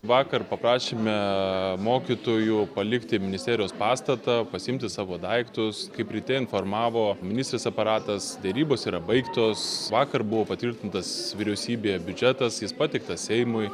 vakar paprašėme mokytojų palikti ministerijos pastatą pasiimti savo daiktus kaip ryte informavo ministrės aparatas derybos yra baigtos vakar buvo patvirtintas vyriausybėje biudžetas jis pateiktas seimui